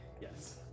Yes